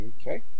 Okay